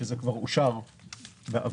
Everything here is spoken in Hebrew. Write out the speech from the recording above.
תקציב שכבר אושר בעבר.